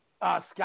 Scott